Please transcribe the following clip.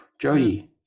Jody